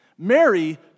Mary